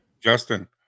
Justin